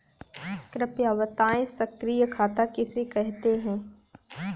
कृपया बताएँ सक्रिय खाता किसे कहते हैं?